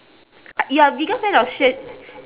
you're a bigger fan of xue